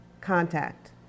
contact